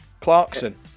clarkson